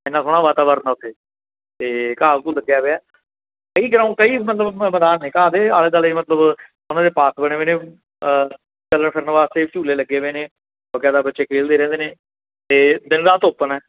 ਐਨਾ ਸੋਹਣਾ ਵਾਤਾਵਰਨ ਆ ਉੱਥੇ ਅਤੇ ਘਾਹ ਘੂਹ ਲੱਗਿਆ ਹੋਇਆ ਸਹੀ ਗਰਾਊਂਡ ਸਹੀ ਮਤਲਬ ਮੈਦਾਨ ਹੈ ਘਾਹ ਦੇ ਆਲੇ ਦੁਆਲੇ ਮਤਲਬ ਸੋਹਣੇ ਜਿਹੇ ਪਾਰਕ ਬਣੇ ਵੇ ਨੇ ਚੱਲਣ ਫਿਰਨ ਵਾਸਤੇ ਝੂਲੇ ਲੱਗੇ ਹੋਏ ਨੇ ਬਕਾਇਦਾ ਬੱਚੇ ਖੇਡਦੇ ਰਹਿੰਦੇ ਨੇ ਅਤੇ ਦਿਨ ਰਾਤ ਓਪਨ ਹੈ